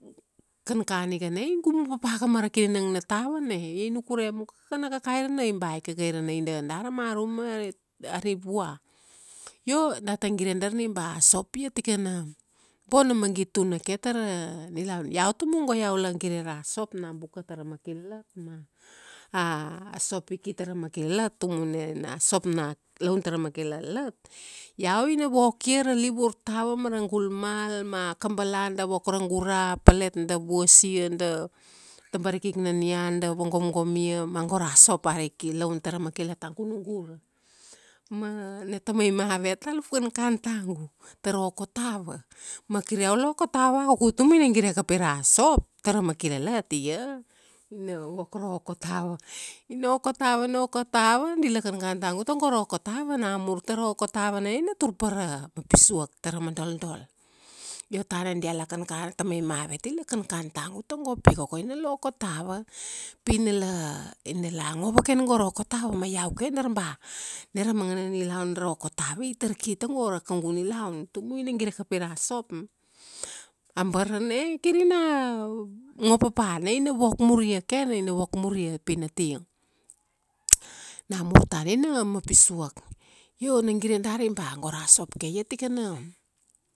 kankan ika na, i gumu papaka mara kinanang na tava, na ia nukure muka kana kakairanai ba i kakairanai da da ra marum ma, airi i vua. Io, data gire darni ba a sop ia tikana bona magit tuna ke tara, nilaun. Iau tumu go iau la gire ra sop na buka tara makilalat, ma a, sop i ki tara makilalat, tumu na ina sop na nak, laun tara maki lalat, iau ina vokia ra livur tava mara gul mal ma a kabala da vokra gura, a pelet da vuasia, da, tabarikik na nian da vagomgom ia, ma go ra sop ari ki, laun tara makilalat, a gunugura. Ma na tamai mavet alup kankan tagu. Tara oko tava. Ma kir iau la oko tava vakuku. Tumu ina gire kapi ra sop tara makilalat ia, ina vokra oko tava. Ina oko tava oko tava, dila kankan tagu tago ra oko tava namur tara oko tava na ina tur pa ra mapisuak tara modoldol. Io tana diala kankan, tamai mavet ila kankan tagu tago pi koko ina la oko tava. Pi na la, ina la ngo vaken go ra oko tava. Ma iau ke dar ba, nara mangana nilaun ra oko tava itar ki togo kaugu nilaun. Tumu ina gire kapi ra sop, abarana kirina ngo papa. Na ina vokmuria ke na ina vokmuria. Pi na ti, namur tana ina mapisuak. Io na gire dari ba go ra sop ke ia tikana